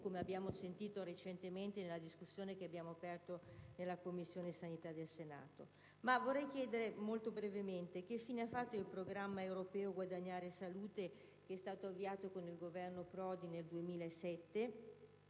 modo di sentire nel corso della discussione che abbiamo aperto nella Commissione igiene e sanità del Senato. Dunque, vorrei chiedere, molto brevemente, che fine ha fatto il programma europeo "Guadagnare salute", che è stato avviato con il Governo Prodi nel 2007